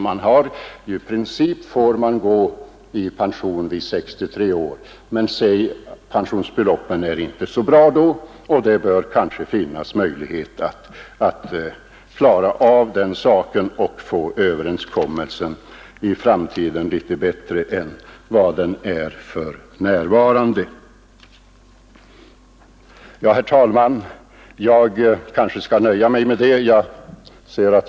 I princip får man gå i pension vid 63 år, men pensionsbeloppen är inte så fördelaktiga då, och det bör kanske finnas möjligheter att i framtiden åstadkomma en något bättre överenskommelse än den som nu gäller. Herr talman! Jag kanske skall nöja mig med vad jag nu anfört.